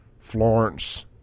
Florence